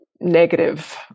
negative